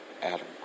Adam